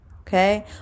okay